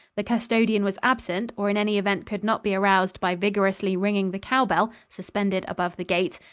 the custodian was absent, or in any event could not be aroused by vigorously ringing the cowbell suspended above the gate,